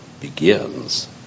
begins